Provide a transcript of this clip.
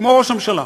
כמו ראש הממשלה,